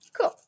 Cool